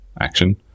action